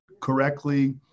correctly